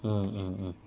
mm mm mm